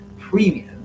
premium